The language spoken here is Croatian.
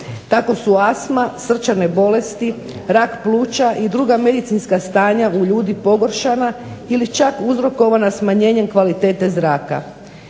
Tako su astma, srčane bolesti, rak pluća i druga medicinska stanja u ljudi pogoršana ili čak uzrokovana smanjenjem kvalitete zraka.